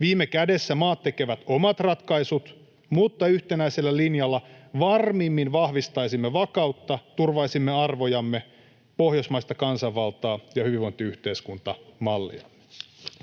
Viime kädessä maat tekevät omat ratkaisut, mutta yhtenäisellä linjalla varmimmin vahvistaisimme vakautta sekä turvaisimme arvojamme, pohjoismaista kansanvaltaa ja hyvinvointiyhteiskuntamalliamme.